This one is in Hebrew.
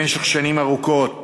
במשך שנים ארוכות